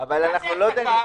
נעשה הפסקה.